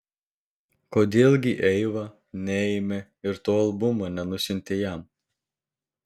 kodėl gi eiva neėmė ir to albumo nenusiuntė jam